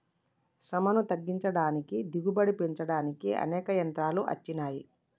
శ్రమను తగ్గించుకోడానికి దిగుబడి పెంచుకోడానికి అనేక యంత్రాలు అచ్చినాయి